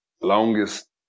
Longest